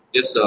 Yes